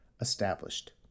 established